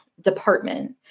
department